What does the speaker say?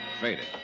faded